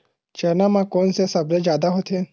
चना म कोन से सबले जादा होथे?